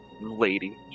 lady